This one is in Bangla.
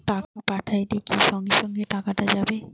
টাকা পাঠাইলে কি সঙ্গে সঙ্গে টাকাটা যাবে?